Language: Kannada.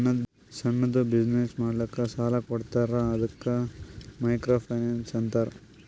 ಸಣ್ಣುದ್ ಬಿಸಿನ್ನೆಸ್ ಮಾಡ್ಲಕ್ ಸಾಲಾ ಕೊಡ್ತಾರ ಅದ್ದುಕ ಮೈಕ್ರೋ ಫೈನಾನ್ಸ್ ಅಂತಾರ